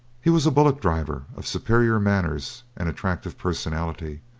he was a bullock-driver of superior manners and attractive personality,